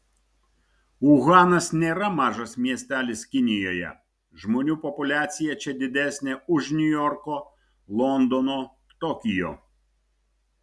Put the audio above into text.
uhanas nėra mažas miestelis kinijoje žmonių populiacija čia didesnė už niujorko londono tokijo